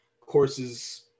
courses